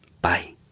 Bye